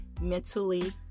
mentally